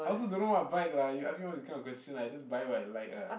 I also don't know what to buy lah you ask me all this kind of question I just buy what I like ah